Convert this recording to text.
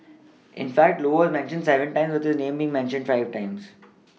in fact low was mentioned seven times with the name mean mentioned five times